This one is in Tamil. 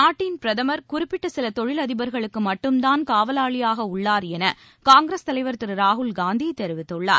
நாட்டின் பிரதமர் குறிப்பிட்ட சில தொழில் அதிபர்களுக்கு மட்டும்தான் காவலாளியாக உள்ளார் காங்கிரஸ் என தலைவர் திரு ராகுல்காந்தி தெரிவித்துள்ளார்